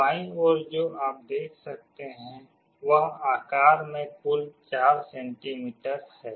बाईं ओर जो आप देख सकते हैं वह आकार में कुल 4 सेंटीमीटर है